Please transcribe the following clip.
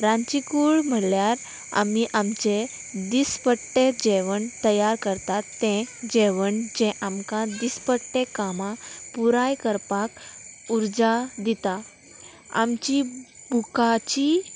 रांदची कूड म्हणल्यार आमी आमचे दिसपट्टे जेवण तयार करतात तें जेवण जें आमकां दिसपट्टे कामां पुराय करपाक उर्जा दिता आमची बुकाची